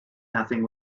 nothing